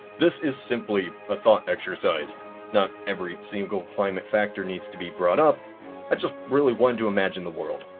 this is simply a thought exercise not every single climate factor needs to be brought up i just really wanted to imagine the world.